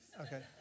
okay